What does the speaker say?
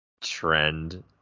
Trend